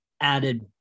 added